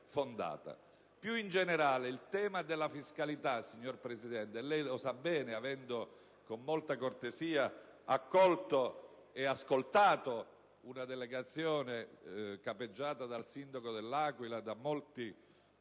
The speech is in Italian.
Più in generale, il tema della fiscalità - signor Presidente, lei lo sa bene, avendo con molta cortesia accolto e ascoltato una delegazione capeggiata dal sindaco dell'Aquila e composta